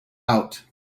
out